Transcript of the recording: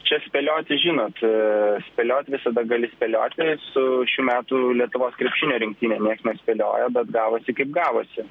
čia spėlioti žinot spėliot visada gali spėlioti su šių metų lietuvos krepšinio rinktine nieks nespėliojo bet gavosi kaip gavosi